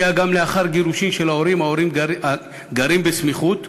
שבה גם לאחר גירושין ההורים גרים בסמיכות,